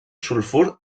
sulfur